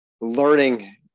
learning